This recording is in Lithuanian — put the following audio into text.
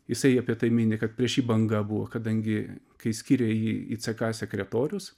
jisai apie tai mini kad prieš jį banga buvo kadangi kai skyrė jį į ck sekretorius